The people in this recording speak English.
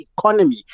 economy